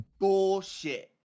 bullshit